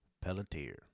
Pelletier